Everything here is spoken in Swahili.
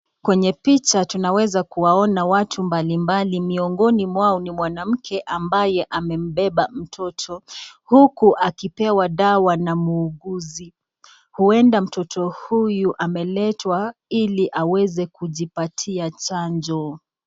Kwenye picha tunaweza kuwaona watu mbalimbali miongoni mwao ni mwanamke ambaye amembeba mtoto huku akipewa dawa na muuguzi. Huenda mtoto huyu ameletwa ili aweze kujipatia chanjo.